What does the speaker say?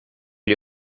gli